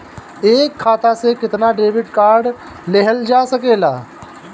एक खाता से केतना डेबिट कार्ड लेहल जा सकेला?